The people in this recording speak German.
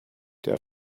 der